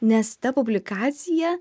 nes ta publikacija